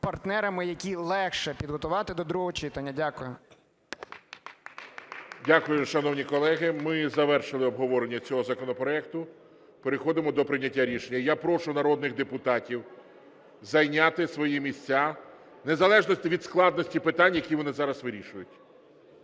партнерами, який легше підготувати до другого читання. Дякую. ГОЛОВУЮЧИЙ. Дякую. Шановні колеги, ми завершили обговорення цього законопроекту. Переходимо до прийняття рішення. Я прошу народних депутатів зайняти свої місця незалежно від складності питань, які вони зараз вирішують.